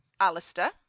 Alistair